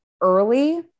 early